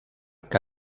que